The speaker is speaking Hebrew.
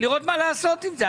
לראות מה לעשות עם זה.